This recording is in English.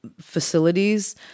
facilities